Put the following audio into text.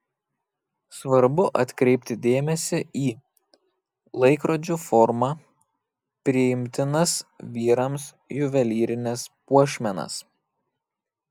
svarbu atkreipti dėmesį į laikrodžių formą priimtinas vyrams juvelyrines puošmenas